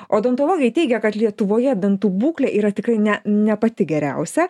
odontologai teigia kad lietuvoje dantų būklė yra tikrai ne ne pati geriausia